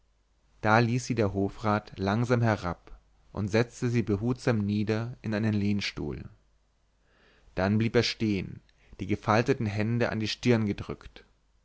da ließ sie der hofrat langsam herab und setzte sie behutsam nieder in einen lehnstuhl dann blieb er stehen die gefalteten hände an die stirn gedrückt